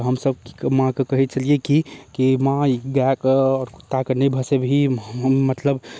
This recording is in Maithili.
हमसब माँके कहैत छलियै कि की माँ ई गैआ कऽ आओर कुत्ता कऽ नहि भसैत हम मतलब